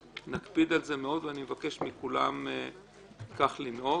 נקפיד על זה מאוד ואני מבקש מכולם כך לנהוג.